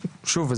ושוב,